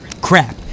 Crap